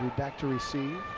back to receive.